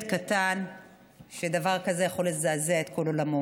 קטן שדבר כזה יכול לזעזע את כל עולמו.